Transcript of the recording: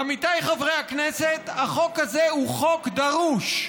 עמיתיי חברי הכנסת, החוק הזה הוא חוק דרוש.